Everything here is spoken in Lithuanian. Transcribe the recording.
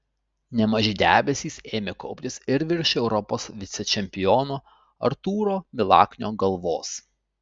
nemaži debesys ėmė kauptis ir virš europos vicečempiono artūro milaknio galvos